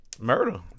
Murder